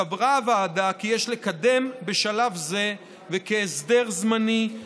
סברה הוועדה כי יש לקדם בשלב זה, כהסדר זמני,